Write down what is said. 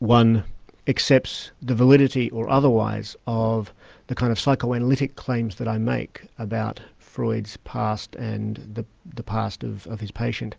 one accepts the validity or otherwise of the kind of psychoanalytic claims that i make about freud's past and the the past of of his patient,